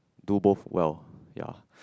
do both well ya